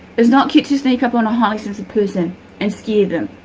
it's not cute to sneak up on a highly sensitive person and scare them.